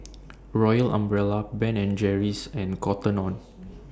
Royal Umbrella Ben and Jerry's and Cotton on